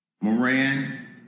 Moran